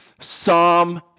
psalm